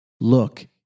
Look